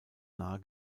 nahe